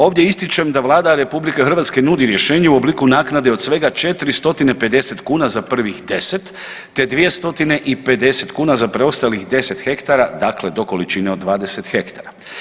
Ovdje ističem da Vlada RH nudi rješenje u obliku naknade od svega 450 kuna za prvih 10 te 250 kuna za preostalih 10 hektara, dakle do količine od 20 hektara.